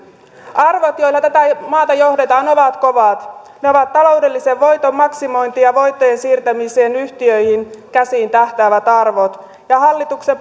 arvot joilla tätä maata johdetaan ovat kovat ne ovat taloudellisen voiton maksimointiin ja voittojen siirtämiseen yhtiöiden käsiin tähtäävät arvot hallituksen